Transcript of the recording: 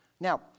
Now